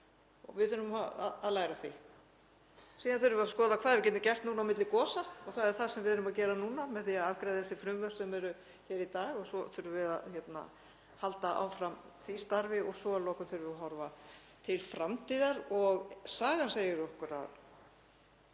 Við þurfum að læra af því. Síðan þurfum við að skoða hvað við getum gert núna á milli gosa og það er það sem við erum að gera nú með því að afgreiða þessi frumvörp sem eru hér í dag. Svo þurfum við að halda áfram því starfi og að lokum þurfum við að horfa til framtíðar. Sagan segir okkur að